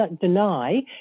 deny